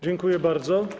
Dziękuję bardzo.